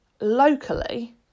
locally